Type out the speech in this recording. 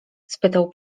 spytał